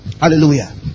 Hallelujah